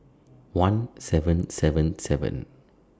one seven seven seven